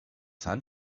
sun